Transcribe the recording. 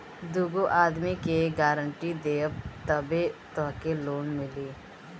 दूगो आदमी के गारंटी देबअ तबे तोहके लोन मिली